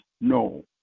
no